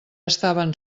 estaven